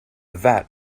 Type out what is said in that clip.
vat